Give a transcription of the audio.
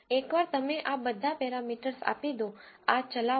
એકવાર તમે આ બધા પેરામીટર્સ આપી દો આ ચલાવો